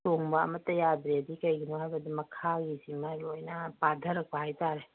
ꯇꯣꯡꯕ ꯑꯃꯇ ꯌꯥꯗ꯭ꯔꯦ ꯀꯩꯒꯤꯅꯣ ꯍꯥꯏꯕꯗ ꯃꯈꯥꯒꯤꯁꯤꯃ ꯂꯣꯏꯅ ꯄꯥꯗꯔꯛꯄ ꯍꯥꯏꯇꯔꯦ